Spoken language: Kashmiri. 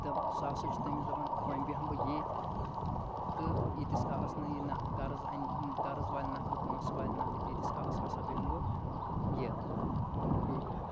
دَپ سُہ ہسا چھِ تٔمِس دپان وۅنی بیٚہمہٕ بہٕ ییٚتھۍ تہٕ ییٖتِس کالس نہٕ یہِ قرض اَنہِ قرض والہِ نکھٕ پونٛسہٕ والہِ نکھٕ تیٖتس کالس ہسا بیٚہمہٕ بہٕ ییٚتھۍ